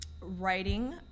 writing